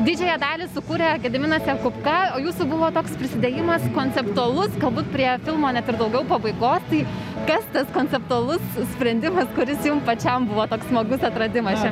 didžiąją dalį sukūrė gediminas jakubka o jūsų buvo toks prisidėjimas konceptualus galbūt prie filmo net ir daugiau pabaigos tai kas tas konceptualus sprendimas kuris jum pačiam buvo toks smagus atradimas